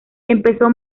empezó